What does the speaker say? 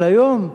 אבל היום,